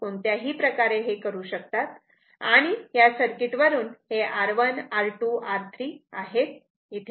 तुम्ही कोणत्याही प्रकारे हे करू शकतात आणि या सर्किट वरून हे R1 R2 R3 आहेत